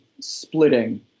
splitting